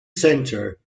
centre